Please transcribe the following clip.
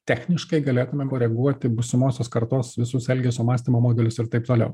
techniškai galėtume koreguoti būsimosios kartos visus elgesio mąstymo modelius ir taip toliau